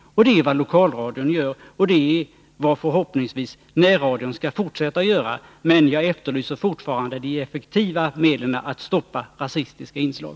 Det är vad lokalradion gör, och det är vad förhoppningsvis närradion skall göra i fortsättningen. Men jag efterlyser fortfarande de effektiva medlen att stoppa rasistiska inslag.